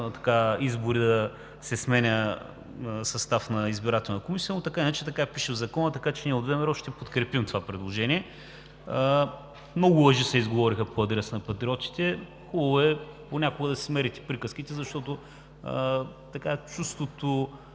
избори да се сменя състав на Избирателна комисия, но, така или иначе, така пише в Закона, така че ние от ВМРО ще подкрепим това предложение. Много лъжи се изговориха по адрес на Патриотите. Хубаво е понякога да си мерите приказките, защото чувството